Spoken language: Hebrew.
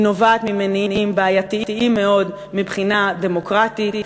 היא נובעת ממניעים בעייתיים מאוד מבחינה דמוקרטית.